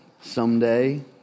someday